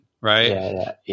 right